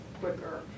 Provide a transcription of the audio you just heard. quicker